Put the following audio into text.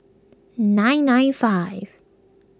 nine nine five